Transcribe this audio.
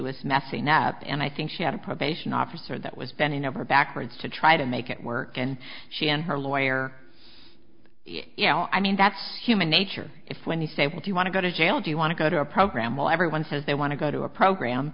was messing up and i think she had a probation officer that was bending over backwards to try to make it work and she and her lawyer you know i mean that's human nature if when you say what you want to go to jail do you want to go to a program well everyone says they want to go to a program